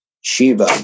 Shiva